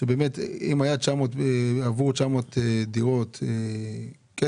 שבאמת אם היה כסף עבור 900 דירות כסף